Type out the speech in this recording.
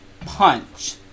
Punch